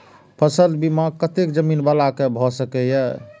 फसल बीमा कतेक जमीन वाला के भ सकेया?